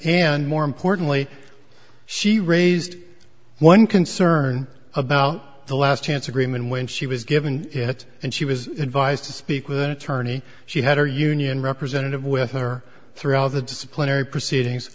and more importantly she raised one concern about the last chance agreement when she was given it and she was advised to speak with an attorney she had or union representative with her through all the disciplinary proceedings